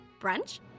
Brunch